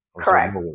Correct